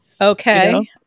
Okay